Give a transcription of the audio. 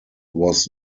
was